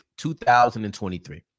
2023